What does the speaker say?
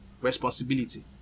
responsibility